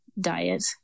diet